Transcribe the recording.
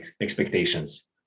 expectations